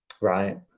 right